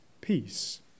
peace